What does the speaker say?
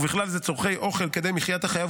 ובכלל זה צורכי אוכל כדי מחיית החייב